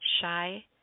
shy